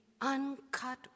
uncut